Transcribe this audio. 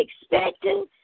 expecting